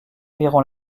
verront